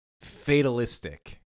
fatalistic